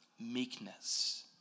meekness